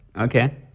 Okay